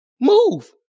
Move